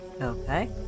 Okay